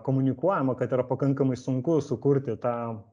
komunikuojama kad yra pakankamai sunku sukurti tą